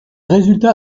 résultats